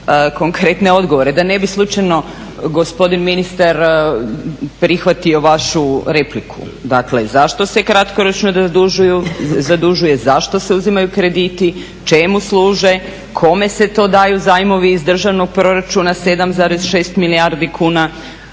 konkretne odgovore. Da ne bi slučajno gospodin ministar prihvati vašu repliku. Dakle, zašto se kratkoročno zadužuje, zašto se uzimaju krediti, čemu služe, kome se to daju zajmovi iz državnog proračuna, 7,6 milijardi kuna,